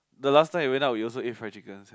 the last time we went out we also eat fried chicken sia